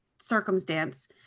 circumstance